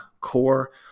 core